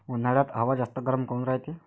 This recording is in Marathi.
उन्हाळ्यात हवा जास्त गरम काऊन रायते?